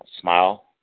Smile